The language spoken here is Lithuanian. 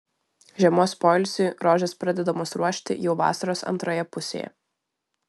žiemos poilsiui rožės pradedamos ruošti jau vasaros antroje pusėje